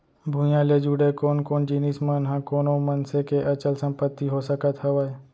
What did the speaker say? भूइयां ले जुड़े कोन कोन जिनिस मन ह कोनो मनसे के अचल संपत्ति हो सकत हवय?